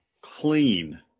Clean